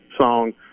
song